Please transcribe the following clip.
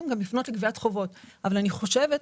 ולפנות לגביית חובות אבל אני חושבת,